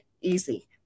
easy